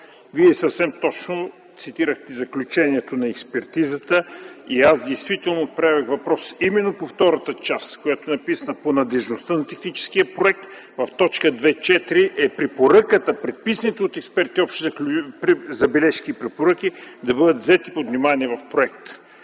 Вие съвсем точно цитирахте заключението на експертизата и аз действително отправях въпрос именно по втората част, която е написана – по надеждността на техническия проект, където в т. 2.4 е препоръката, предписаните от експертите общи бележки и препоръки да бъдат взети под внимание в проекта.